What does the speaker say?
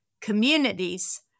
communities